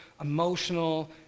emotional